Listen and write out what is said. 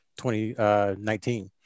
2019